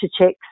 checks